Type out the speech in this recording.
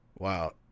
Wow